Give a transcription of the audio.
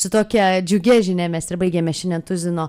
su tokia džiugia žinia mes ir baigiame šiandien tuzino